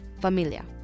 familia